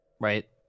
Right